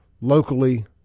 locally